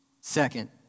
Second